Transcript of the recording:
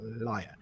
liar